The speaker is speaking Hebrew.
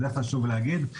את זה חשוב להגיד.